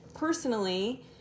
personally